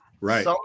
Right